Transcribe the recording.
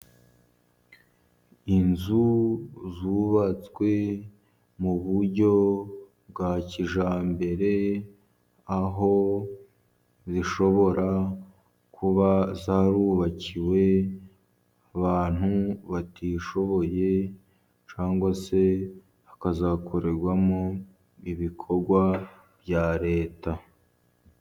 Inzu zubatswe mu buryo bwa kijyambere, aho zishobora kuba zarubakiwe abantu batishoboye cyangwa se hakazakorerwamo ibikorwa bya Leta.